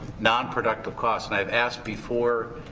not productive costs and i've asked before,